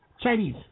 Chinese